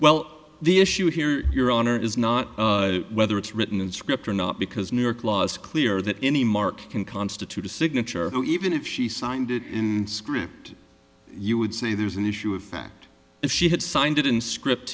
well the issue here your honor is not whether it's written in script or not because new york law is clear that any mark can constitute a signature even if she signed it in the script you would say there's an issue of fact if she had signed it in script